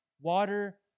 water